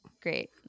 Great